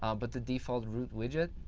um but the default root widget,